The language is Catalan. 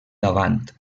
davant